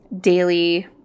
daily